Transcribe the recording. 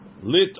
Lit